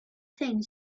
thing